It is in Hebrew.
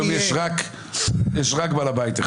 היום יש רק בעל בית אחד.